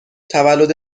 تولد